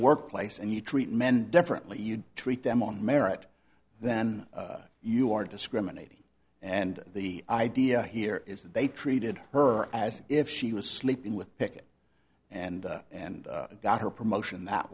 workplace and you treat men differently you treat them on merit then you are discriminating and the idea here is that they treated her as if she was sleeping with picket and and got her promotion that